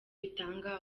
bitanga